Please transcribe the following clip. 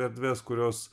erdves kurios